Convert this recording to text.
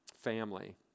Family